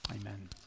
Amen